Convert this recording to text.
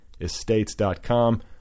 estates.com